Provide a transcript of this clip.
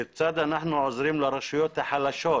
כיצד אנחנו עוזרים לרשויות החלשות